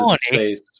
space